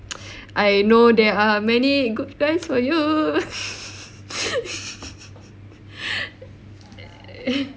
I know there are many good guys for you